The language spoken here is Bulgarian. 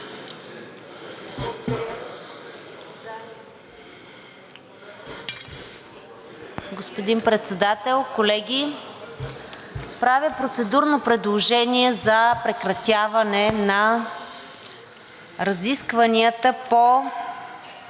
Господин Председател, колеги, правя процедурно предложение за прекратяване на разискванията по